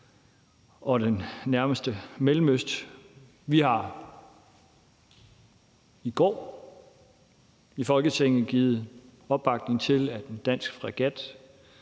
og det nærmeste Mellemøsten. Vi har i går i Folketinget givet opbakning til, at en dansk fregat